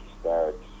start